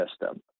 system